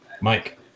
Mike